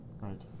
Right